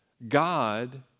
God